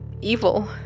evil